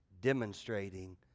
demonstrating